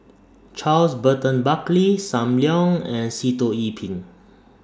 Charles Burton Buckley SAM Leong and Sitoh Yih Pin